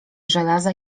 żelaza